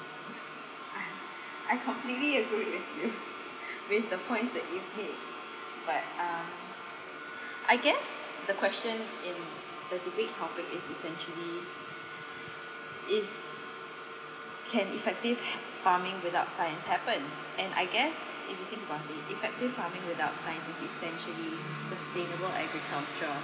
I I completely agree with you with the points that you give me but um I guess the question in the debate topic is essentially is can effective farming without science happen and I guess if you think about it effective farming without science is essentially sustainable agriculture